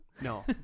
No